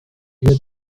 hier